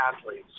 athletes